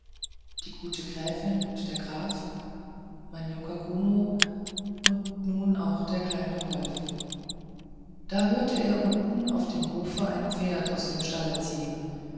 die gute gräfin und der graf mein junker kuno und nun auch der kleine wolf da hörte er unten auf dem hofe ein pferd aus dem stalle ziehen